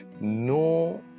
no